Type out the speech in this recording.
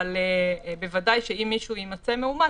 אבל בוודאי שאם מישהו יימצא מאומת,